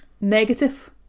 negative